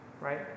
Right